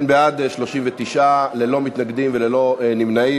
אם כן, בעד, 39, ללא מתנגדים וללא נמנעים.